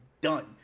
done